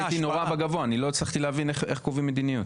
לא הצלחתי להבין איך קובעים מדיניות.